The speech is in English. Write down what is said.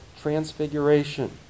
transfiguration